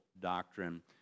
doctrine